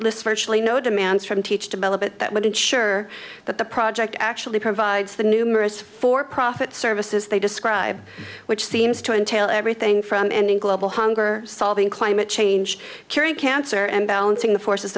lists virtually no demands from teach develop it that would ensure that the project actually provides the numerous for profit services they describe which seems to entail everything from ending global hunger solving climate change curing cancer and balancing the forces